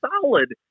solid